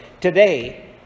Today